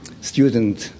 student